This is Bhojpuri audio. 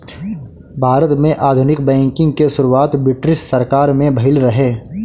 भारत में आधुनिक बैंकिंग के शुरुआत ब्रिटिस सरकार में भइल रहे